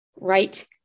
right